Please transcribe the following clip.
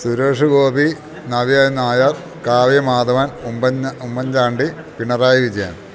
സുരേഷ് ഗോപി നവ്യ നായർ കാവ്യ മാധവൻ ഉമ്പൻ ഉമ്മൻചാണ്ടി പിണറായി വിജയൻ